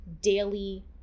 daily